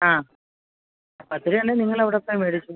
ആ പത്തു രൂയാണെങ്കിൽ നിങ്ങൾ അവിടെ പോയി മേടിച്ചോ